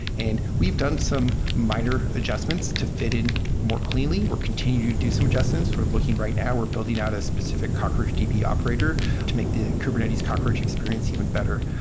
and we've done some minor adjustments to fit in more cleanly. we're continuing do some adjustments. we're looking right now, we're building out a specific cockroachdb operator to make the kubernetes cockroach experience even better.